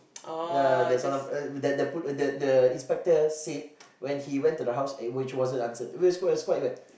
ya the salam uh that that pol~ that the inspector said when he went to the house and which wasn't answered it was it was quite weird